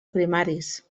primaris